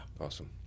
awesome